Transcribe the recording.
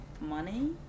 money